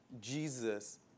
Jesus